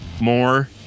more